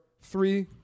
three